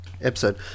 episode